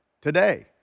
today